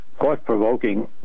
thought-provoking